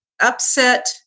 upset